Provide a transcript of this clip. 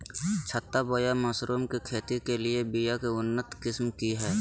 छत्ता बोया मशरूम के खेती के लिए बिया के उन्नत किस्म की हैं?